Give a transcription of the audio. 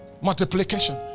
Multiplication